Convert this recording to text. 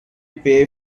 pay